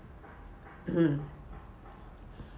hmm